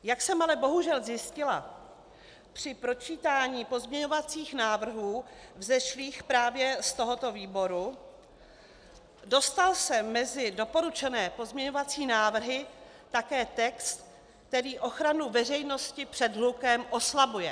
Jak jsem ale bohužel zjistila při pročítání pozměňovacích návrhů vzešlých právě z tohoto výboru, dostal se mezi doporučené pozměňovací návrhy také text, který ochranu veřejnosti před hlukem oslabuje.